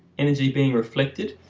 energy being reflected,